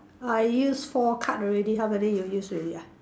I use four card already how many you use already ah